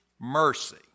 mercy